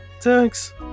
Thanks